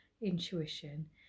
intuition